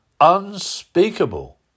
unspeakable